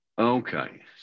Okay